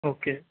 okay